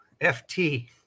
FT